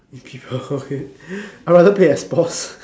okay I rather play X Box